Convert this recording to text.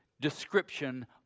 description